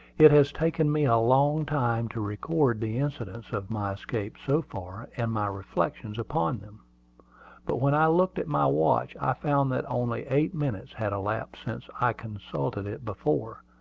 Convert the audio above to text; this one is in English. it has taken me a long time to record the incidents of my escape so far, and my reflections upon them but when i looked at my watch i found that only eight minutes had elapsed since i consulted it before,